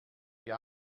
wir